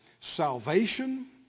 salvation